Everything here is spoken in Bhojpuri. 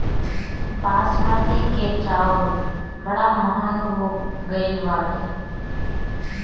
बासमती के चाऊर बड़ा महंग हो गईल बाटे